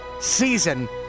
season